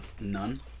None